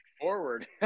forward